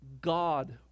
God